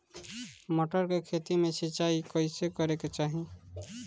मटर के खेती मे सिचाई कइसे करे के चाही?